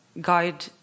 guide